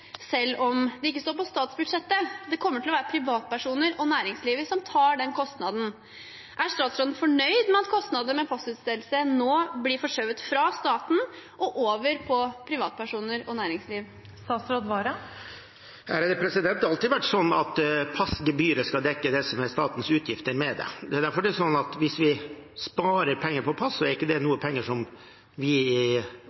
selv om de ikke står i statsbudsjettet. Det kommer til å være privatpersoner og næringslivet som tar disse kostnadene. Er statsråden fornøyd med at kostnadene med passutstedelse nå blir forskjøvet – fra staten og over på privatpersoner og næringsliv? Det har alltid vært slik at passgebyret skal dekke det som er statens utgifter med det. Det er derfor det er slik at hvis vi sparer penger på pass, er ikke det penger som vi i Justis- og beredskapsdepartementet kan bruke på noe